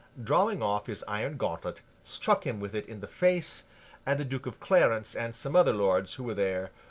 drawing off his iron gauntlet, struck him with it in the face and the duke of clarence and some other lords, who were there,